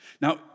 Now